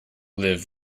live